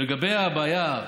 לגבי הבעיה,